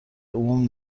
عموم